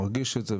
מרגיש את זה,